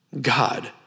God